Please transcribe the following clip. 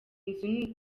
nzu